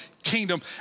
kingdom